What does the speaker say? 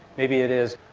maybe it is.